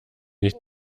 nicht